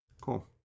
Cool